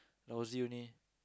lousy only